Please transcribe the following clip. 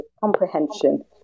Comprehension